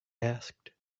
asked